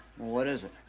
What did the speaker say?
what is it?